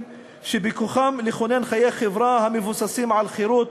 שבכוחם לכונן חיי חברה המבוססים על חירות,